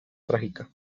trágica